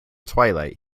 twilight